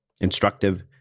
instructive